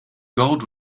gold